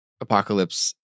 apocalypse